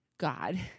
God